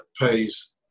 pays